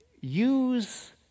Use